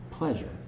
pleasure